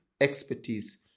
expertise